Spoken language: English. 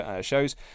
shows